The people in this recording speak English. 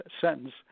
sentence